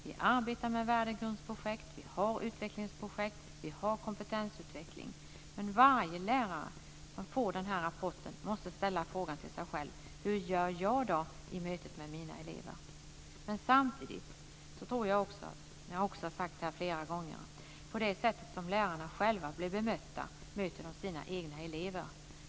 Vi arbetar med värdegrundsprojekt och utvecklingsprojekt. Vi har kompetensutveckling. Men varje lärare som får den här rapporten måste ställa frågan till sig själv: Hur gör jag i mötet mina elever? Samtidigt tror jag - och det har jag också sagt här flera gånger - att lärarna möter sina elever på det sätt som de själva blir bemötta.